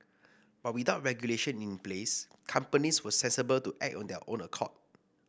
but without regulation in place companies were sensible to act on their own accord